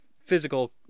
physical